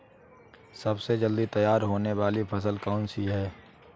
सबसे जल्दी तैयार होने वाली फसल कौन सी है?